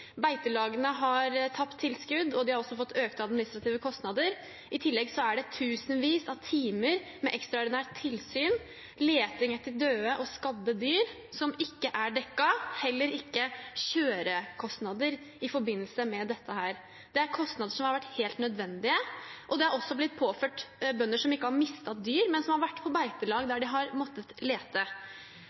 Beitelagene har tapt tilskudd, og de har også fått økte administrative kostnader. I tillegg er tusenvis av timer med ekstraordinært tilsyn og leting etter døde og skadde dyr ikke dekket, og heller ikke kjørekostnader i forbindelse med dette – kostnader som har vært helt nødvendige. Også bønder som ikke har mistet dyr, men som har vært på beitelag der de har måttet lete,